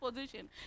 position